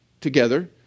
together